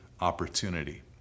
opportunity